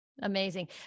Amazing